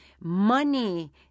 money